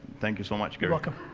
thank you so much, gary. welcome.